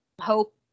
Hope